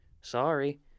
Sorry